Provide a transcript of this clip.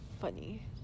funny